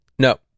No